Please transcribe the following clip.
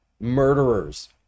murderers